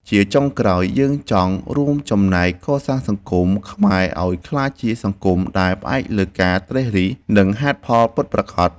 ជាចុងក្រោយ យើងចង់រួមចំណែកកសាងសង្គមខ្មែរឱ្យក្លាយជាសង្គមដែលផ្អែកលើការត្រិះរិះ និងហេតុផលពិតប្រាកដ។